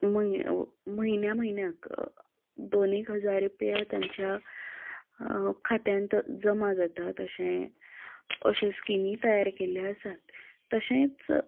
म्हयन्या म्हयन्याक दोन एक हजार रुपया तेंच्या खात्यांत जमा जाता तशें अश्यो स्किमी तयार केल्ल्यो आसात तशेंच